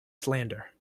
slander